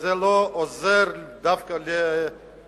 וזה לא עוזר דווקא לפריפריה.